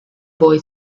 boy